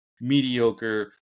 mediocre